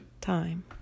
time